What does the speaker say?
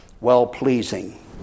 well-pleasing